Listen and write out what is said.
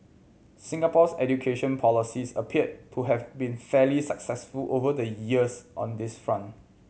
Singapore's education policies appear to have been fairly successful over the years on this front